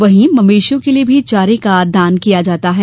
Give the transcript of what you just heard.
वही मवेषियों के लिये भी चारे का दान किया जाता है